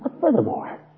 furthermore